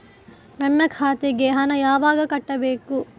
ನನ್ನ ಖಾತೆಗೆ ಹಣ ಯಾವಾಗ ಕಟ್ಟಬೇಕು?